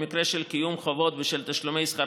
במקרה של קיום חובות בשל תשלומי שכר